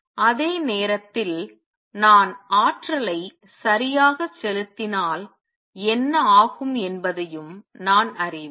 அதே நேரத்தில் நான் ஆற்றலை சரியாக செலுத்தினால் என்ன ஆகும் என்பதையும் நான் அறிவேன்